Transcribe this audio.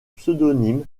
pseudonymes